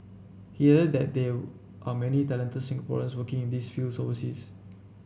he added that there are many talented Singaporeans working in these fields overseas